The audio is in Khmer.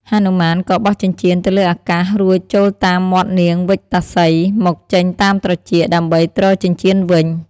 ហនុមាន ក៏បោះចិញ្ចៀនទៅលើអាកាសរួចចូលតាមមាត់នាងវិកតាសី មកចេញតាមត្រចៀក ដើម្បីទ្រចិញ្ចៀនវិញ។